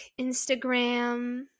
Instagram